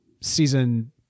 season